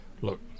look